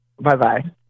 Bye-bye